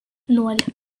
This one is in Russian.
ноль